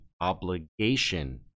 obligation